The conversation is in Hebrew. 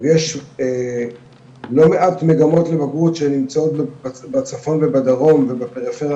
יש לא מעט מגמות לבגרות שנמצאות בצפון ובדרום ובפריפריה